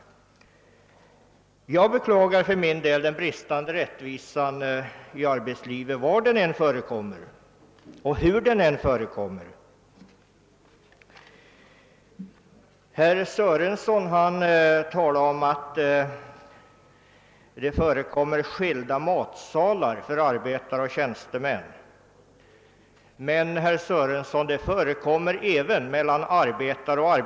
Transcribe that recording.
För min del beklagar jag brister i fråga om rättvisan var och hur de än förekommer inom arbetslivet. Herr Sörenson sade att det finns skilda matsalar för arbetare och tjänstemän, men jag vill framhålla att detta även förekommer då det gäller enbart arbetare av olika slag.